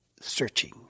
searching